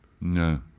No